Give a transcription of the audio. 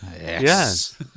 yes